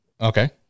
Okay